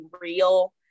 real